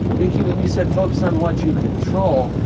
vicki, when you said, focus on what you control,